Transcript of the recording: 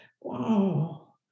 Wow